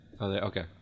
Okay